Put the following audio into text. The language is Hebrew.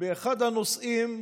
אלא לכל מי שחרד למקומות הקדושים,